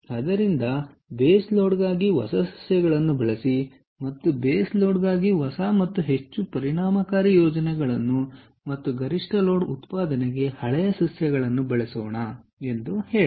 ಆದ್ದರಿಂದ ಬೇಸ್ ಲೋಡ್ಗಾಗಿ ಹೊಸ ಸಸ್ಯಗಳನ್ನು ಬಳಸಿ ಮತ್ತು ಬೇಸ್ ಲೋಡ್ಗಾಗಿ ಹೊಸ ಮತ್ತು ಹೆಚ್ಚು ಪರಿಣಾಮಕಾರಿ ಯೋಜನೆಗಳನ್ನು ಮತ್ತು ಗರಿಷ್ಠ ಲೋಡ್ ಉತ್ಪಾದನೆಗೆ ಹಳೆಯ ಸಸ್ಯಗಳನ್ನು ಬಳಸೋಣ ಎಂದು ಬರೆಯೋಣ